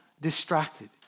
distracted